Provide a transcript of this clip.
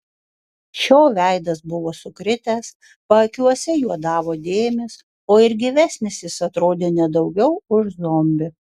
šio veidas buvo sukritęs paakiuose juodavo dėmės o ir gyvesnis jis atrodė ne daugiau už zombį